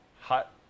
Hot